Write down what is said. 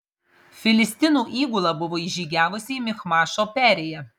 filistinų įgula buvo įžygiavusi į michmašo perėją